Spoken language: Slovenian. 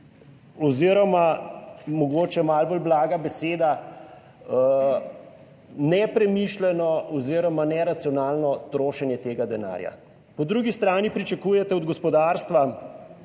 oziroma mogoče malo bolj blaga beseda, nepremišljeno oziroma neracionalno trošenje tega denarja. Po drugi strani pričakujete od gospodarstva,